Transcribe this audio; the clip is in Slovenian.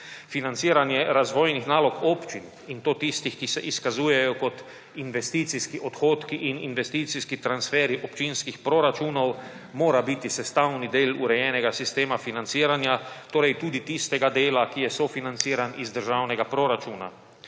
Financiranje razvojnih nalog občin, in to tistih, ki se izkazujejo kot investicijski odhodki in investicijski transferji občinskih proračunov, mora biti sestavi del urejenega sistema financiranja, torej tudi tistega dela, ki je sofinanciran iz državnega proračuna.